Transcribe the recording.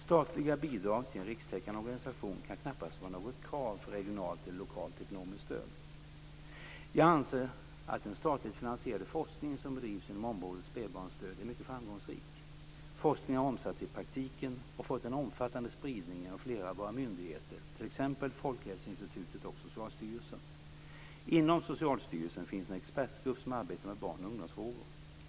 Statliga bidrag till en rikstäckande organisation kan knappast vara något krav för regionalt eller lokalt ekonomiskt stöd. Jag anser att den statligt finansierade forskningen som bedrivs inom området spädbarnsdöd är mycket framgångsrik. Forskningen har omsatts i praktiken och fått en omfattande spridning genom flera av våra myndigheter, t.ex. Folkhälsoinstitutet och Socialstyrelsen. Inom Socialstyrelsen finns en expertgrupp som arbetar med barn och ungdomsfrågor.